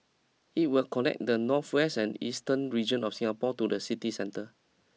it will connect the northwest and eastern regions of Singapore to the city centre